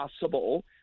possible